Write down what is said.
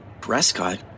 Prescott